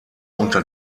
unter